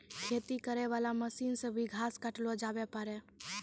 खेती करै वाला मशीन से भी घास काटलो जावै पाड़ै